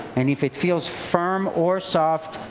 and if it feels firm or soft,